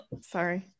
sorry